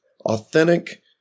Authentic